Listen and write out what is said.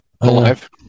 Alive